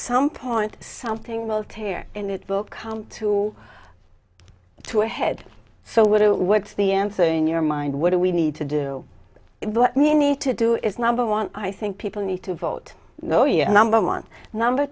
some point something will tear and it will come to two ahead so what what's the answer in your mind what do we need to do what need to do is number one i think people need to vote no your number one number